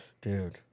Dude